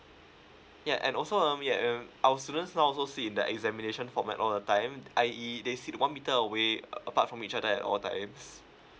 yeah and also um yeah um our students now also sit in the examination format all the time I_E they sit one meter away uh apart from each other at all times